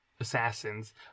assassins